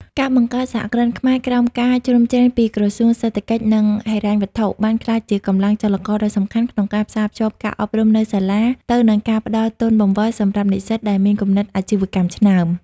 ការបង្កើត សហគ្រិនខ្មែរ ក្រោមការជ្រោមជ្រែងពីក្រសួងសេដ្ឋកិច្ច និងហិរញ្ញវត្ថុ បានក្លាយជាកម្លាំងចលករដ៏សំខាន់ក្នុងការផ្សារភ្ជាប់ការអប់រំនៅសាលា ទៅនឹងការផ្ដល់ទុនបង្វិលសម្រាប់និស្សិតដែលមានគំនិតអាជីវកម្មឆ្នើម។